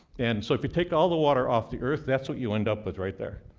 and so if you take all the water off the earth, that's what you end up with right there.